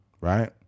right